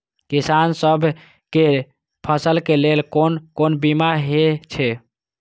किसान सब के फसल के लेल कोन कोन बीमा हे छे?